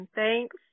thanks